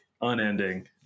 unending